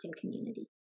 community